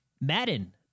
Madden